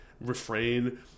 refrain